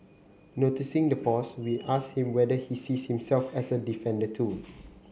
noticing the pause we asked him whether he sees himself as a defender too